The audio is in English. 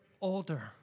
older